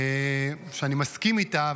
שאני מסכים איתה,